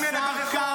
זה לא מסית לרצח,